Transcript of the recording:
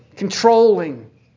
Controlling